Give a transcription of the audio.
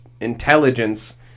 intelligence